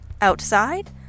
Outside